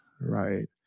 right